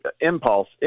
impulse